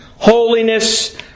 Holiness